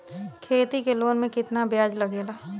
खेती के लोन में कितना ब्याज लगेला?